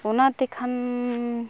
ᱚᱱᱟ ᱛᱮᱠᱷᱟᱱᱻ